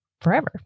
forever